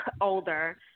older